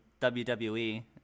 WWE